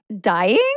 dying